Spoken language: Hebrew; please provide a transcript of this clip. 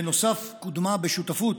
בנוסף, קודמה, בשותפות